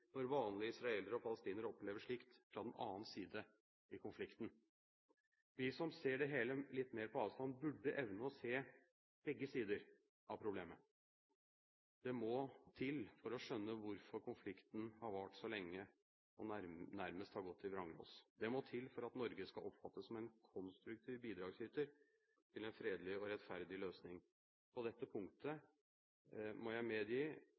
når vanlige israelere og palestinere opplever slikt fra den annen side i konflikten. Vi som ser det hele litt mer på avstand, burde evne å se begge sider av problemet. Det må til for å skjønne hvorfor konflikten har vart så lenge og nærmest har gått i vranglås. Det må til for at Norge skal oppfattes som en konstruktiv bidragsyter til en fredelig og rettferdig løsning. På dette punktet, må jeg medgi,